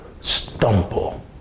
stumble